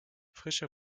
frische